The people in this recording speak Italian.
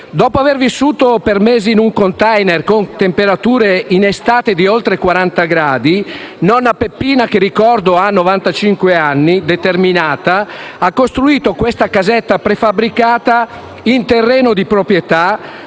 Dopo aver vissuto per mesi in un *container*, con temperature in estate di oltre quaranta gradi, nonna Peppina, che - lo ricordo - ha novantacinque anni, con determinazione ha costruito questa casetta prefabbricata in terreno di proprietà